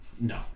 No